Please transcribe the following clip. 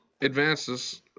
advances